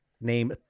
Name